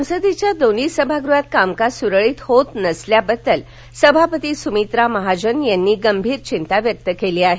संसदेच्या दोन्ही सभागृहात कामकाज सुरळीत होत नसल्याबद्दल सभापती सुमित्रा महाजन यांनी गंभीर चिंता व्यक्त केली आहे